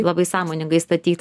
labai sąmoningai statyt